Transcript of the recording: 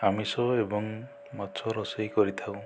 ଆମିଷ ଏବଂ ମାଛ ରୋଷେଇ କରିଥାଉ